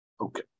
Okay